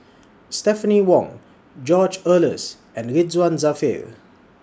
Stephanie Wong George Oehlers and Ridzwan Dzafir